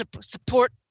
support